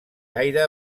gaire